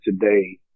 today